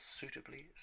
suitably